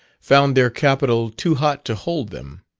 found their capital too hot to hold them,